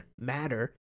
matter